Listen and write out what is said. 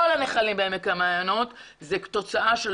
כל הנחלים בעמק המעיינות הם כתוצאה של